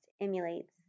emulates